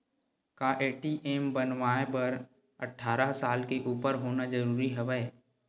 का ए.टी.एम बनवाय बर अट्ठारह साल के उपर होना जरूरी हवय?